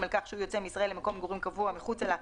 על כך שהוא יוצא מישראל למקום מגורים קבוע מחוצה לה,